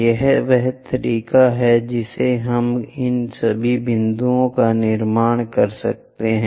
यह वह तरीका है जिससे हम इन सभी बिंदुओं का निर्माण करते हैं